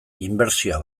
inbertsioa